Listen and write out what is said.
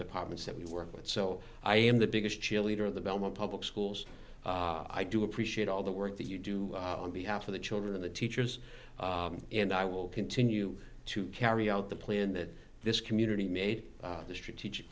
departments that we work with so i am the biggest cheerleader of the belmont public schools i do appreciate all the work that you do on behalf of the children and the teachers and i will continue to carry out the plan that this community made the strategic